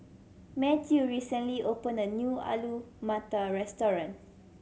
Mathew recently opened a new Alu Matar Restaurant